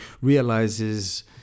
realizes